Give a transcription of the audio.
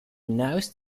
nose